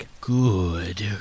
Good